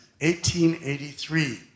1883